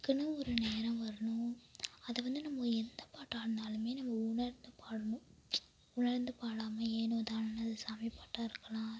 அதுக்குன்னு ஒரு நேரம் வரணும் அது வந்து நம்ம எந்த பாட்டாயிருந்தாலுமே நம்ம உணர்ந்து பாடணும் உணர்ந்து பாடாமல் ஏனோதானோ சாமி பாட்டாயிருக்கலாம்